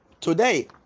today